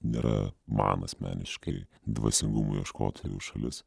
nėra man asmeniškai dvasingumo ieškotojų šalis